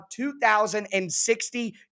2,060